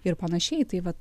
ir panašiai tai vat